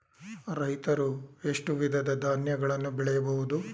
ರೈತರು ಎಷ್ಟು ವಿಧದ ಧಾನ್ಯಗಳನ್ನು ಬೆಳೆಯಬಹುದು?